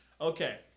okay